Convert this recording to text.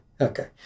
okay